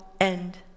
end